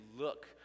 look